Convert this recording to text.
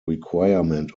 requirement